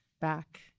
back